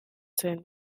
zen